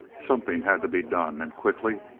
something had to be done, and quickly,